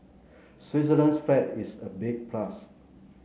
Switzerland's flag is a big plus